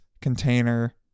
container